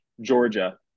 Georgia